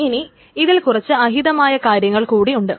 ഇനി ഇതിൽ കുറച്ച് അഹിതമായ കാര്യങ്ങൾ കൂടി ഉണ്ട്